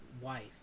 wife